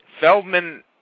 Feldman –